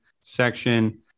section